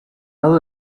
lado